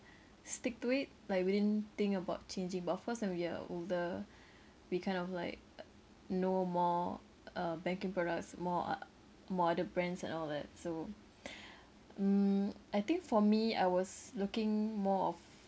stick to it like we didn't think about changing but of course when we are older we kind of like know more uh banking products more o~ more other brands and all that so mm I think for me I was looking more of